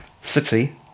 city